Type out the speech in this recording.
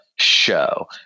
show